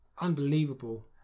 unbelievable